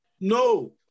No